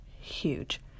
huge